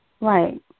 Right